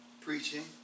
preaching